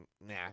nah